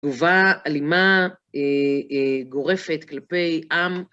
תגובה אלימה, גורפת, כלפי עם.